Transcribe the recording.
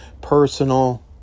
personal